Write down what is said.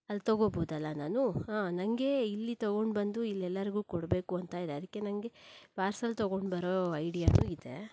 ಅಲ್ಲಿ ತೊಗೋಬೌದಲ್ಲ ನಾನು ಹಾಂ ನನಗೆ ಇಲ್ಲಿ ತೊಗೊಂಡು ಬಂದು ಇಲ್ಲೆಲ್ಲರಿಗೂ ಕೊಡಬೇಕು ಅಂತ ಇದೆ ಅದಕ್ಕೆ ನನಗೆ ಪಾರ್ಸೆಲ್ ತೊಗೊಂಡು ಬರೋ ಐಡಿಯಾನು ಇದೆ